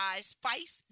spice